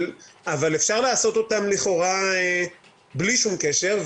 אבל אפשר לעשות לכאורה בלי קשר.